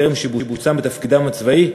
טרם שיבוצם בתפקידם הצבאי,